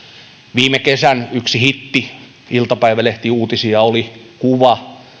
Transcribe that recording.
viime kesän yksi hitti iltapäivälehtiuutisia oli kuva